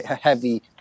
heavy